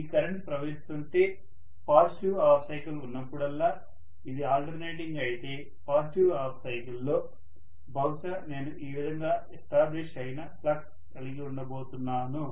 ఈ కరెంట్ ప్రవహిస్తుంటే positive half cycle ఉన్నప్పుడల్లా ఇది ఆల్టర్నేటింగ్ అయితే పాజిటివ్ హాఫ్ సైకిల్ లో బహుశా నేను ఈ విధంగా ఎస్టాబ్లిష్ అయిన ఫ్లక్స్ కలిగి ఉండబోతున్నాను